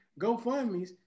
GoFundMes